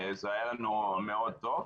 זה היה לנו מאוד טוב.